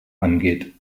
angeht